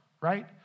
right